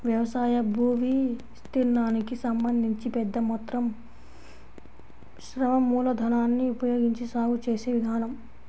వ్యవసాయ భూవిస్తీర్ణానికి సంబంధించి పెద్ద మొత్తం శ్రమ మూలధనాన్ని ఉపయోగించి సాగు చేసే విధానం